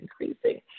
increasing